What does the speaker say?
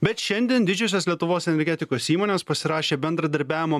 bet šiandien didžiosios lietuvos energetikos įmonės pasirašė bendradarbiavimo